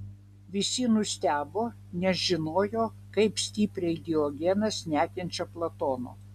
visi nustebo nes žinojo kaip stipriai diogenas nekenčia platono